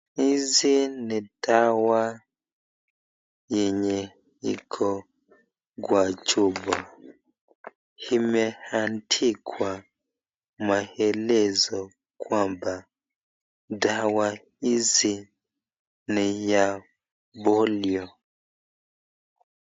Hizi ni dawa yenye iko kwa chupa. Imeandikwa maelezo kwamba dawa hizi ni ya polio.